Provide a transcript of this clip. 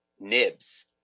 nibs